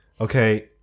Okay